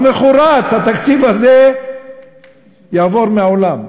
למחרת התקציב הזה יעבור מהעולם,